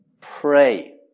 pray